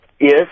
Yes